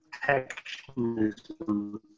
protectionism